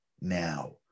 now